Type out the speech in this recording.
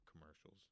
commercials